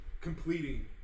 completing